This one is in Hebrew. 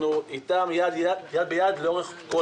אנחנו איתם יד ביד לאורך כל הדרך.